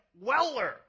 weller